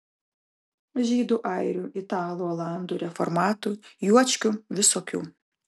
žydų airių italų olandų reformatų juočkių visokių